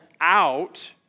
out